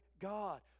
God